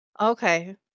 okay